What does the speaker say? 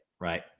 Right